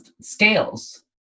scales